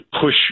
push